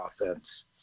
offense